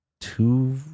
two